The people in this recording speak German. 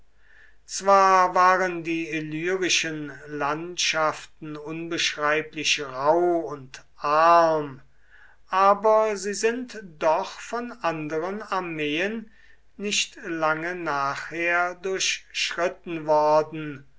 zwar waren die illyrischen landschaften unbeschreiblich rauh und arm aber sie sind doch von anderen armeen nicht lange nachher durchschritten worden